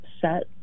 set